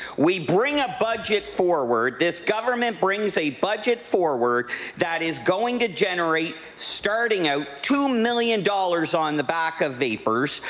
we bring a budget forward, this government brings a budget forward that is going to generate starting out two million dollars on the back of vapors,